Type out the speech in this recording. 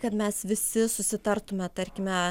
kad mes visi susitartume tarkime